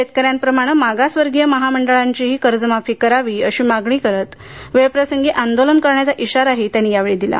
शेतकऱ्यांप्रमाणे मागासवर्गीय महामंडळांचीही कर्जमाफी करावी अशी मागणी करत वेळप्रसंगी आंदोलन करण्याचा इशाराही त्यांनी दिला